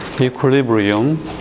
equilibrium